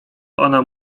ona